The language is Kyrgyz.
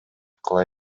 кыла